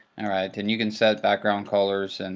and right, then you can set background colors, and